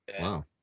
Wow